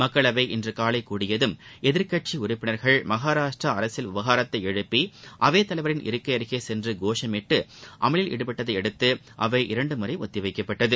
மக்களவை இன்று காலை கூடியதும் எதிர்க்கட்சி உறுப்பினர்கள் மகாராஷ்டிரா அரசியல் விவகாரத்தை எழுப்பி அவைத்தலைவரின் இருக்கை அருகே சென்று கோஷமிட்டு அமளியில் ஈடுபட்டதை அடுத்து அவை இரண்டு முறை ஒத்திவைக்கப்பட்டது